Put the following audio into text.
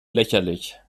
lächerlich